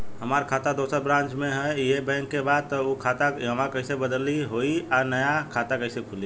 हमार खाता दोसर ब्रांच में इहे बैंक के बा त उ खाता इहवा कइसे बदली होई आ नया खाता कइसे खुली?